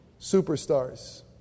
superstars